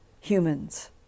humans